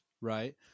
right